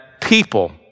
people